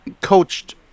coached